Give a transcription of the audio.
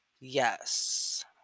yes